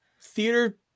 theater